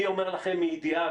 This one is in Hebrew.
אני אומר לכם מידיעה,